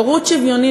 הורות שוויונית,